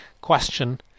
question